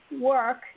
work